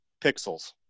pixels